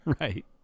Right